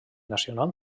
nacional